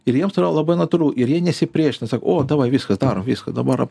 ir jiems tai yra labai natūralu ir jie nesipriešina sako o davai viskas darom viskas dabar